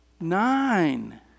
nine